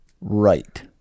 right